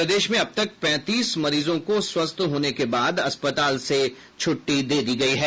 प्रदेश में अब तक पैंतीस मरीजों को स्वस्थ होने के बाद अस्पताल से छुट्टी दे दी गयी है